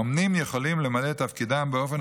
אומנים יכולים למלא את תפקידם באופן